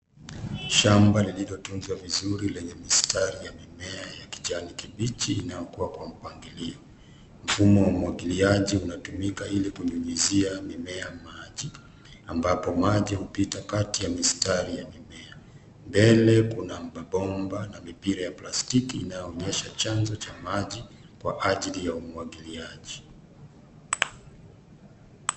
Shamba lililotunzwa vizuri lenye mistari ya mimea ya kijani kibichi, inayokua kwa mpangilio. Mfumo wa umwagiliaji unatumika ili kumwagilia mimea maji, ambapo maji hupita kati ya mistari ya mimea. Mbele kuna mabomba na mipira ya plastiki, inayoonyesha chanzo cha maji kwa ajili ya umwagiliaji.